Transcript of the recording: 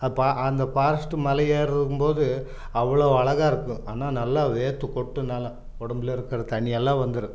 அப்போ அந்த ஃபாரஸ்ட்டு மலை ஏறும் போது அவ்வளோ அழகாக இருக்கும் ஆனால் நல்லா வேர்த்து கொட்டும் நல்லா உடம்புல இருக்கிற தண்ணியெல்லாம் வந்துடும்